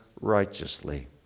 righteously